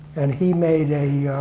and he made